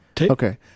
Okay